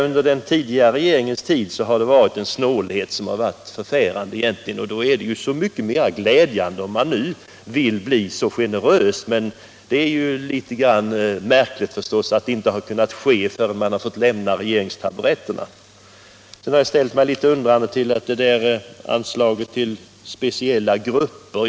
Under den tidigare regeringens tid har det varit en förfärande snålhet, och då är det ju så mycket mera glädjande att socialdemokraterna nu vill vara så generösa. Men det är ju litet märkligt att det inte kunde ske förrän de fått lämna regeringstaburetterna. Sedan har jag ställt mig undrande till det föreslagna anslaget till speciella grupper.